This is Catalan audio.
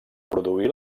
produir